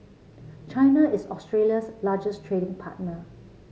China is Australia's largest trading partner